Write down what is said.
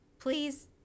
Please